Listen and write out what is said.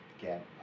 get